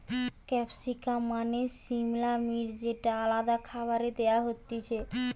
capsicum মানে সিমলা মির্চ যেটা আলাদা খাবারে দেয়া হতিছে